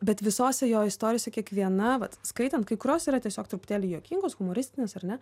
bet visose jo istorijose kiekviena vat skaitant kai kurios yra tiesiog truputėlį juokingos humoristinės ar ne